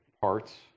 parts